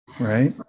right